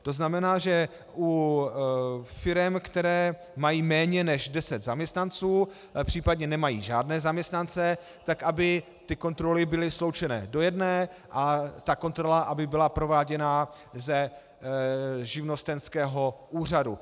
To znamená, že u firem, které mají méně než deset zaměstnanců, případně nemají žádné zaměstnance, aby ty kontroly byly sloučené do jedné a ta kontrola aby byla prováděná ze živnostenského úřadu.